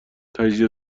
تجزیه